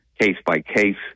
case-by-case